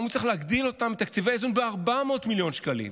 עכשיו צריך להגדיל את תקציבי האיזון ב-400 מיליון שקלים.